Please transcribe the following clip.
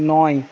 নয়